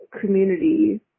community